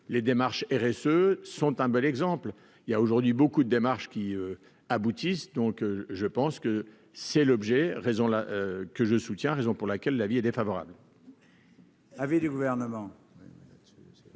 les démarches RSE sont un bel exemple : il y a aujourd'hui beaucoup de démarches qui aboutisse, donc je pense que c'est l'objet raison là que je soutiens, raison pour laquelle l'avis est défavorable.